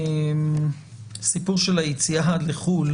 הסיפור של היציאה לחו"ל,